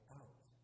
out